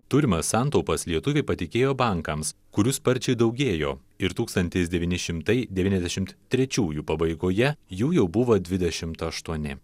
turimas santaupas lietuviai patikėjo bankams kurių sparčiai daugėjo ir tūkstantis devyni šimtai devyniasdešimt trečiųjų pabaigoje jų jau buvo dvidešimt aštuoni